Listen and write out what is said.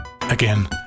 Again